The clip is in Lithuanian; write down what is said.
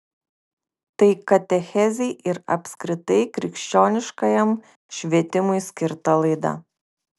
tai katechezei ir apskritai krikščioniškajam švietimui skirta laida